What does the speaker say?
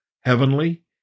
heavenly